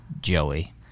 Joey